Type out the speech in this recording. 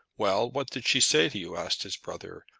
well, what did she say to you? asked his brother,